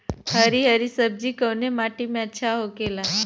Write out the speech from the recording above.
हरी हरी सब्जी कवने माटी में अच्छा होखेला?